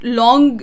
long